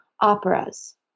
operas